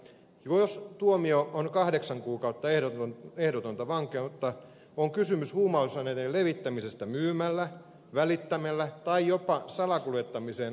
jos tuomio on kahdeksan kuukautta ehdotonta vankeutta on kysymys huumausaineiden levittämisestä myymällä välittämällä tai jopa salakuljettamiseen osallistumalla